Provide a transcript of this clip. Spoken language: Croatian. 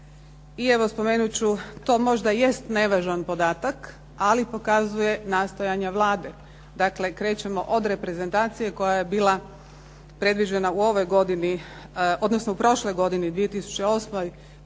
I evo spomenut ću to možda i jest nevažan podatak, ali pokazuje nastojanja Vlade. Dakle, krećemo od reprezentacije koja je bila predviđena u ovoj godini, odnosno u prošloj godini 2008.